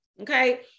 okay